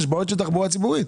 יש בעיות של תחבורה ציבורית.